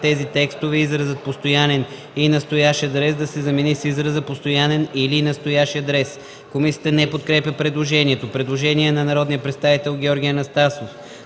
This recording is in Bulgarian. тези текстове изразът „постоянен и настоящ адрес” да се замени с израза „постоянен или настоящ адрес”.” Комисията не подкрепя предложението. Предложение на народния